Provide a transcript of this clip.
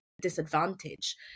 disadvantage